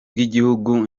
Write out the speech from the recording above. bw’igihugu